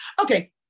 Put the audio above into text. Okay